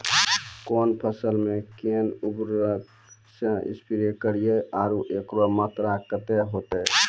कौन फसल मे कोन उर्वरक से स्प्रे करिये आरु एकरो मात्रा कत्ते होते?